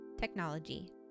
technology